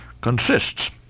consists